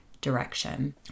direction